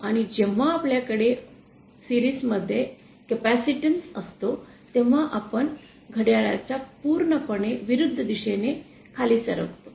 आणि जेव्हा आपल्याकडे मालिकेत एक कॅपेसिटर असतो तेव्हा आम्ही घड्याळाच्या पूर्णपणे विरुदध दिशेने खाली सरकतो